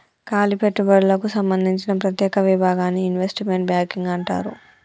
కాలి పెట్టుబడులకు సంబందించిన ప్రత్యేక విభాగాన్ని ఇన్వెస్ట్మెంట్ బ్యాంకింగ్ అంటారు